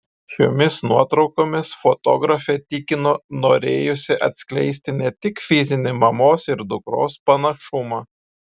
šiomis nuotraukomis fotografė tikino norėjusi atskleisti ne tik fizinį mamos ir dukros panašumą